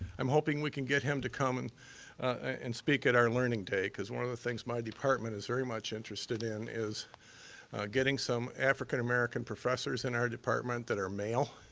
i'm hoping we can get him to come and and speak at our learning day, cause one of the things my department is very much interested in is getting some african-american professors in our department that are male.